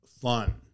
fun